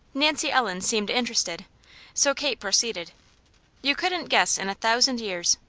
nancy ellen seemed interested so kate proceeded you couldn't guess in a thousand years.